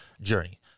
journey